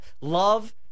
Love